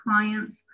clients